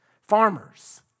Farmers